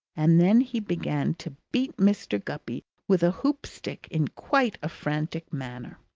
and then he began to beat mr. guppy with a hoop-stick in quite a frantic manner.